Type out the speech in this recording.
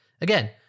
Again